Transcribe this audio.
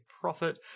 profit